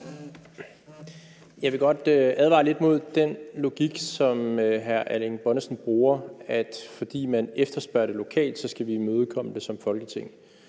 Jeg vil godt advare lidt mod den logik, som Erling Bonnesen bruger, altså at fordi man efterspørger det lokalt, skal vi imødekomme det som Folketing.